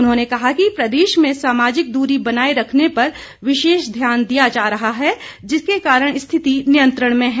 उन्होंने कहा कि प्रदेश में सामाजिक दूरी बनाए रखने पर विशेष ध्यान दिया जा रहा है जिसके कारण स्थिति नियंत्रण में है